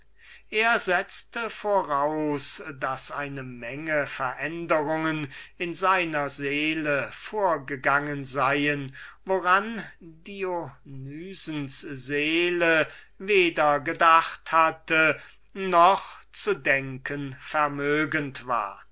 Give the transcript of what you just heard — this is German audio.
er setzte voraus daß eine menge sachen in seiner seele vorgegangen seien woran dionysens seele weder gedacht hatte noch zu denken vermögend war